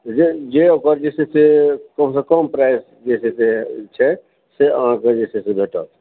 जे ओकर जे छै से कम प्राइस जे हेतै जे छै से अहाँकेभेटत